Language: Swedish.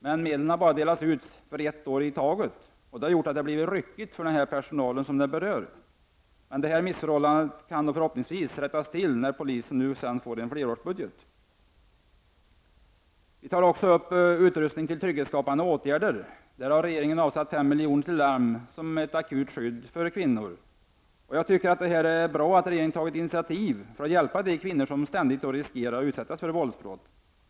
Medlen har emellertid bara delats ut för ett år i taget, och det har gjort att det har blivit ryckigt för den berörda personalen. Detta missförhållande kan förhoppningsvis rättas till när polisen får en flerårsbudget. I reservation 11 tar centern och folkpartiet upp utrustning till trygghetsskapande åtgärder. Regeringen har avsatt 5 milj.kr. till larm som ett akut skydd för utsatta kvinnor. Jag tycker att det är bra att regeringen har tagit initiativ för att hjälpa de kvinnor som ständigt riskerar att utsättas för våldsbrott.